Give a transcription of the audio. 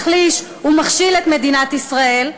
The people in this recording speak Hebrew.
מחליש ומכשיל את מדינת ישראל?